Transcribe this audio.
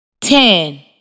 ten